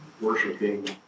Worshiping